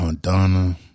Donna